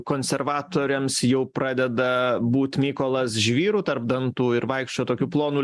konservatoriams jau pradeda būt mykolas žvyru tarp dantų ir vaikščiot tokiu plonu